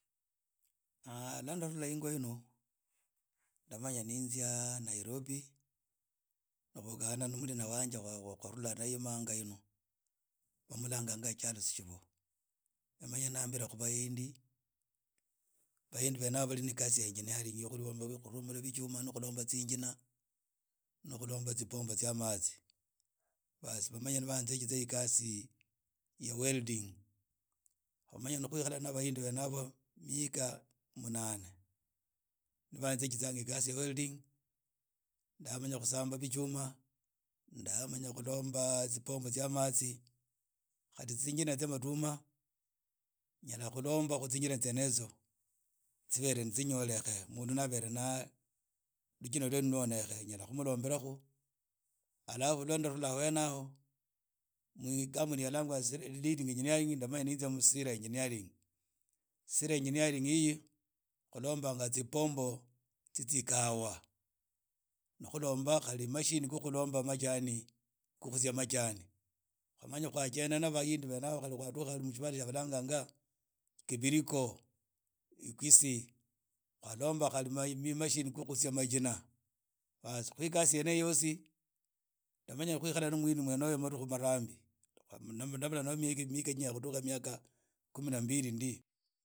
lwa ndarhula ingo inu ndamanya ninzia nairobi nda vukhana no murina wanje wa khwarula nangaye inu bamulanganga charlse tsivo yamanya niyambila khu bahindi. bahindi bene yaba bali ne ikasi ya engineering ya khulomba bichuma no khulomba tsinjina no khulomba tsipombo tsya matsi baas bamanya ni banzitsiza ikasi ya welding kwamanya ni kwikahala na bahindi bene yabo khu mihikha mnane ni banzigitsa ikasi ya welding ndamanya khusamba ebichuma ndamanya khulomba etsipombo tsa matsi khali stinjina tsa maduma nayala khulomba khu tsinjina tsyene itsyo tsibere ni tsinyolekhe mundu na ruchina rwene nyala khumlombela khu alafu lwa ndarula hene aho mu kambuni ya balanga engineering ndanmanya ninzia mu engineering khulombanga tsipombo tsi tsikahawa na khulombanga majani no khukhutsya majani khwamanya khwajenda na bahindi yabo khwadukha mu tsibala tsa balanganga kibiriko ibugisi khwalomba khali mashini kho khutsya machina baas khu ikasi yene eyo yosi ndamanya khwikhara no muhindi uyo mwene oyo madukhu marambi namenye naye mihikha jakhuduka miakha kumi na mbiri ndi